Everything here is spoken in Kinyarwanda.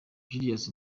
julius